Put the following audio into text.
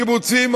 קיבוצים,